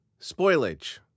Spoilage